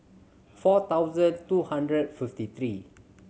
four thousand two hundred fifty three